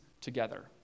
together